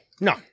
No